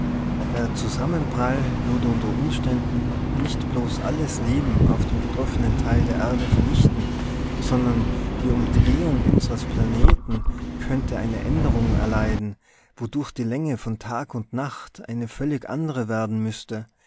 der zusammenprall würde unter umständen nicht bloß alles leben auf dem getroffenen teil der erde vernichten sondern die umdrehung unsres planeten könnte eine änderung erleiden wodurch die länge von tag und nacht eine völlig andre werden müßte